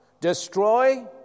destroy